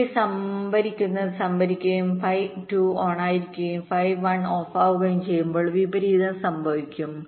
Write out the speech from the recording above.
ഇവിടെ സംഭരിക്കുന്നത് സംഭരിക്കുകയും phi 2 ഓണായിരിക്കുകയും phi 1 ഓഫാവുകയും ചെയ്യുമ്പോൾ വിപരീതം സംഭവിക്കും